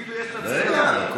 יגידו שיש, רגע.